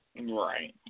Right